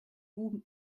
vous